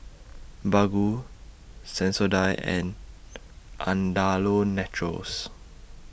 Baggu Sensodyne and Andalou Naturals